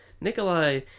Nikolai